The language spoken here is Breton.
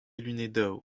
lunedoù